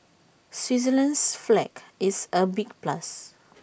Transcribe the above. Switzerland's flag is A big plus